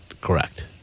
correct